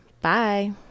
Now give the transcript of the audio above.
Bye